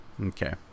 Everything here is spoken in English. Okay